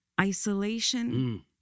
isolation